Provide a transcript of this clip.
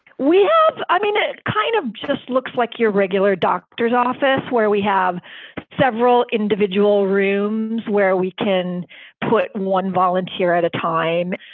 we have. i mean, it kind of just looks like your regular doctor's office where we have several individual rooms where we can put one volunteer at a time.